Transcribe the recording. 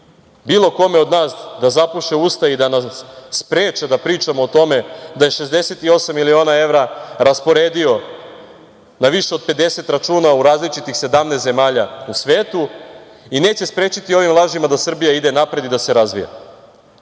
bilo kome od nas da zapuše usta i da nas spreče da pričamo o tome da je 68 miliona evra rasporedio na više od 50 računa u različitih 17 zemalja u svetu i neće sprečiti ovim lažima da Srbija ide napred i da se razvija.A